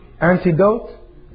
Antidote